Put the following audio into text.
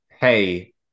hey